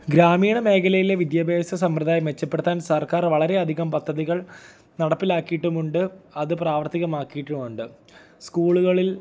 ഗ്രാമീണ മേഖലയിലെ വിദ്യാഭ്യാസ സമ്പ്രദായം മെച്ചപ്പെടുത്താൻ സർക്കാർ വളരെ അധികം പദ്ധതികൾ നടപ്പിലാക്കിയിട്ടും ഉണ്ട് അത് പ്രാവർത്തികം ആക്കിയിട്ടുമുണ്ട് സ്കൂളുകളിൽ